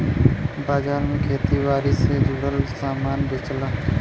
बाजार में खेती बारी से जुड़ल सामान बेचला